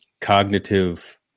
cognitive